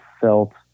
felt